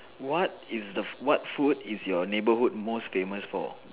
what is the what food is your neighborhood most famous for